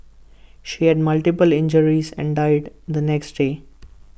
she had multiple injuries and died the next day